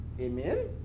Amen